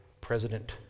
President